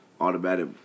automatic